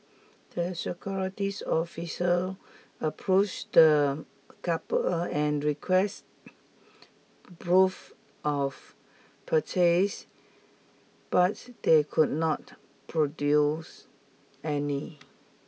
the securities officer approached the couple and request proof of purchase but they could not produce any